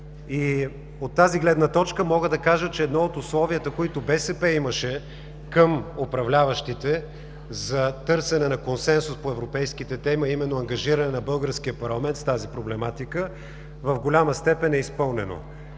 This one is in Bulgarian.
От тази гледна точка мога да кажа, че едно от условията, които БСП имаше към управляващите за търсене на консенсус по европейските теми, а именно ангажиране на българския парламент с тази проблематика, в голяма степен е изпълнено.